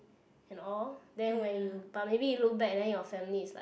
and all then when you but maybe you look back then your family is like